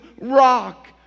rock